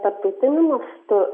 tarptautiniu mastu